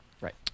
right